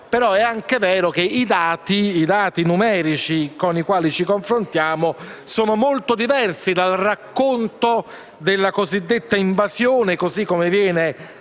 però è anche vero che i dati numerici con i quali ci confrontiamo sono molto diversi dal racconto della cosiddetta invasione, così come viene